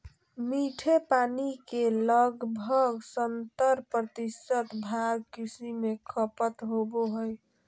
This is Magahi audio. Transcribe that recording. मीठे पानी के लगभग सत्तर प्रतिशत भाग कृषि में खपत होबो हइ